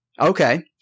Okay